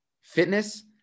fitness